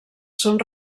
són